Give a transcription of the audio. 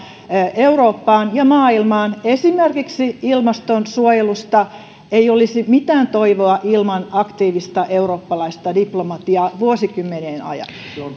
eurooppaan ja maailmaan esimerkiksi ilmastonsuojelusta ei olisi mitään toivoa ilman aktiivista eurooppalaista diplomatiaa vuosikymmenien ajan